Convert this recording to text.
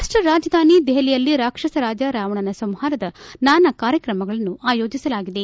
ರಾಷ್ಟ ರಾಜಧಾನಿ ದೆಹಲಿಯಲ್ಲಿ ರಾಕ್ಷಸ ರಾಜ ರಾವಣನ ಸಂಹಾರದ ನಾನಾ ಕಾರ್ಯಕ್ರಮಗಳನ್ನು ಆಯೋಜಿಸಲಾಗಿದೆ